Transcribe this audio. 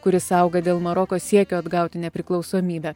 kuris auga dėl maroko siekio atgauti nepriklausomybę